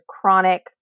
chronic